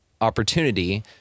Opportunity